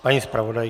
Paní zpravodajka.